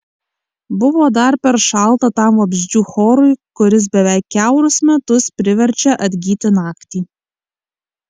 buvo dar per šalta tam vabzdžių chorui kuris beveik kiaurus metus priverčia atgyti naktį